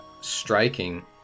striking